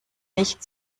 nicht